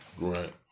Right